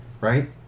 Right